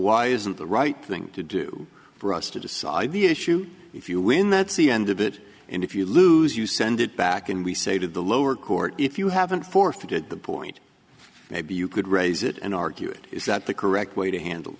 why isn't the right thing to do for us to decide the issue if you win that see end of it and if you lose you send it back and we say to the lower court if you haven't forfeited the point maybe you could raise it and argued is that the correct way to handle